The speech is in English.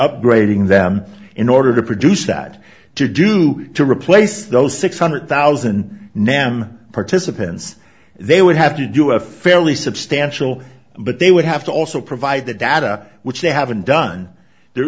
upgrading them in order to produce that to do to replace those six hundred thousand nam participants they would have to do a fairly substantial but they would have to also provide the data which they haven't done there